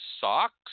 socks